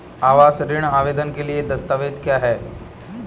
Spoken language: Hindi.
आवास ऋण आवेदन के लिए आवश्यक दस्तावेज़ क्या हैं?